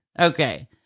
Okay